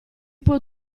può